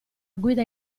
guida